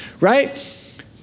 right